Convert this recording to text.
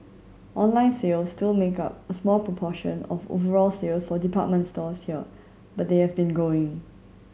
online sales still make up a small proportion of overall sales for department stores here but they have been growing